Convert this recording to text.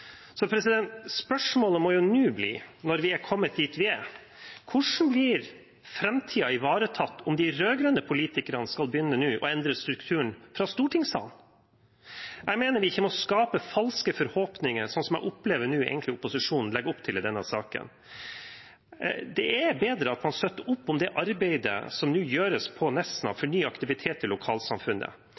Spørsmålet må nå bli, når vi har kommet dit vi er: Hvordan blir framtiden ivaretatt om de rød-grønne politikerne skal begynne å endre strukturen fra stortingssalen? Jeg mener vi ikke må skape falske forhåpninger, slik jeg opplever at opposisjonen nå egentlig legger opp til i denne saken. Det er bedre at man støtter opp om det arbeidet som nå gjøres på Nesna for ny aktivitet i lokalsamfunnet.